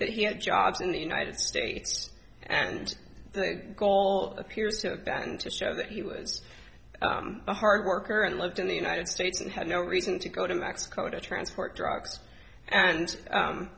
that he had jobs in the united states and the goal appears to have been to show that he was a hard worker and lived in the united states and had no reason to go to mexico to transport drugs and